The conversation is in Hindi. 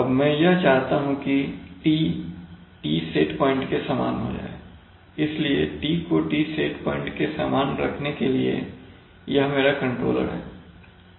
अब मैं यह चाहता हूं कि T T सेट प्वाइंट के समान हो जाए इसलिए T को T सेट प्वाइंट के समान रखने के लिए यह मेरा कंट्रोलर है